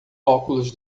óculos